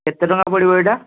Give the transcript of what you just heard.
କେତେ ଟଙ୍କା ପଡ଼ିବ ଏଇଟା